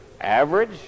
average